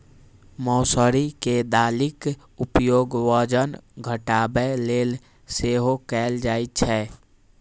मौसरी के दालिक उपयोग वजन घटाबै लेल सेहो कैल जाइ छै